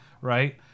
right